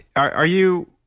are you.